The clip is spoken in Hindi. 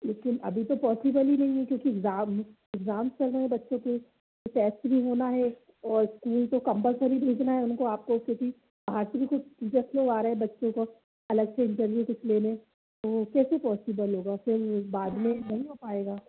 लेकिन अभी तो पौसिबल ही नहीं हैं क्योंकि इगज़ाम है इगज़ाम्स चल रहे हैं बच्चे के टेस्ट भी होना है और इस्कूल तो कम्पलसरी भेजना है उनको आपको ऐसे भी आ रहा है बच्चे को अलग से लेने तो कैसे पौसिबल होगा फिर बाद में नहीं हो पाएगा